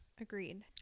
agreed